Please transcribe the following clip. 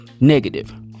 negative